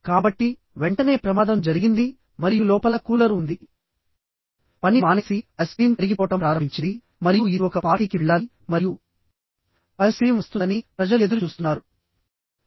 కాబట్టివెంటనే ప్రమాదం జరిగింది మరియు లోపల కూలర్ ఉంది పని మానేసి ఐస్ క్రీం కరిగిపోవడం ప్రారంభించింది మరియు ఇది ఒక పార్టీకి వెళ్ళాలి మరియు ఐస్ క్రీం వస్తుందని ప్రజలు ఎదురుచూస్తున్నారు